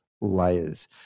layers